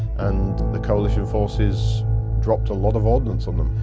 and the coalition forces dropped a lot of ordnance on them.